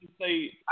say